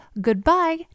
goodbye